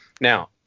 Now